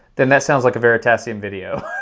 then that sounds like a veritasium video.